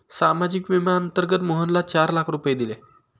सामाजिक विम्याअंतर्गत मोहनला चार लाख दिले